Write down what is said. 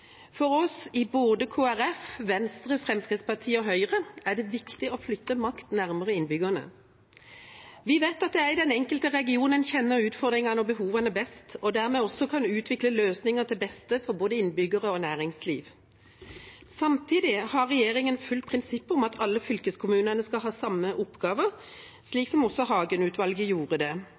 For oss i både Kristelig Folkeparti, Venstre, Fremskrittspartiet og Høyre er det viktig å flytte makt nærmere innbyggerne. Vi vet at det er i den enkelte regionen en kjenner utfordringene og behovene best og dermed også kan utvikle løsninger til beste for både innbyggere og næringsliv. Samtidig har regjeringa fulgt prinsippet om at alle fylkeskommunene skal ha samme oppgaver, slik som også Hagen-utvalget gjorde det.